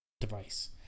device